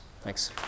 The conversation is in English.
Thanks